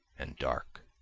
and dark.